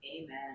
Amen